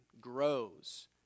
grows